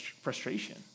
frustration